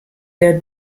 der